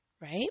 right